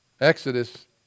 Exodus